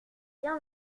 bien